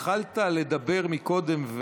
התחלת לדבר קודם,